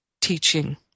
teaching